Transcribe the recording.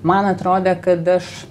man atrodė kad aš